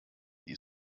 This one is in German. die